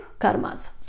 karmas